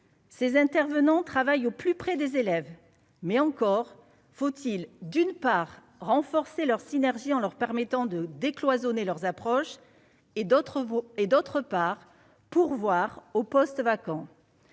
ces intervenants travaillent au plus près des élèves, mais encore faut-il, d'une part, renforcer leur synergie, en leur permettant de décloisonner leurs approches et d'autre, Vaud et d'autre part, pourvoir aux postes vacants